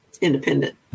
independent